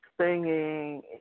singing